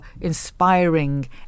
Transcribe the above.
inspiring